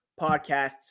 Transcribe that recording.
podcasts